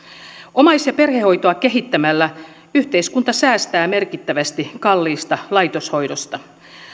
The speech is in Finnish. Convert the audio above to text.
omais ja perhehoitoa kehittämällä yhteiskunta säästää merkittävästi kalliista laitoshoidosta